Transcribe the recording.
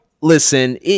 listen